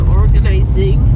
organizing